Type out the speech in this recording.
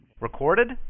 Recorded